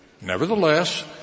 Nevertheless